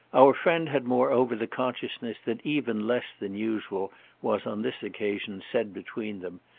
our friend had moreover the consciousness that even less than usual was on this occasion said between them,